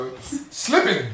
slipping